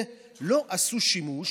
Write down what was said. לא עשו שימוש,